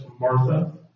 Martha